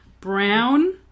Brown